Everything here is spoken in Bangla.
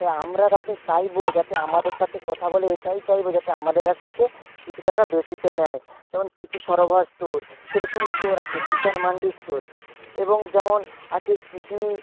তাই আমরা তাতে চাইবো যাতে আমাদের সাথে কথা বলে এটাই চাইবো যাতে আমাদের কাছ থেকে কিছু টাকা বেশিতে নেয় যেমন কৃষি সরোভা স্টোর সেরকম স্টোর আছে কিষাণ মান্ডি স্টোর এবং যেমন আছে কৃষি